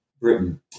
Britain